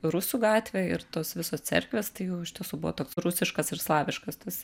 rusų gatvė ir tos visos cerkvės tai jau iš tiesų buvo toks rusiškas ir slaviškas tas